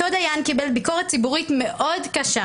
אותו דיין קיבל ביקורת ציבורית מאוד קשה